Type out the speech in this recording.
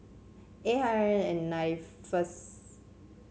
eight hundred and nine first